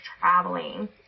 traveling